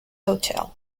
hotel